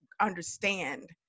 understand